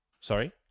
sorry